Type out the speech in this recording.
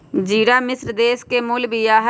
ज़िरा मिश्र देश के मूल बिया हइ